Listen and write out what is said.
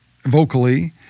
vocally